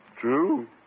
True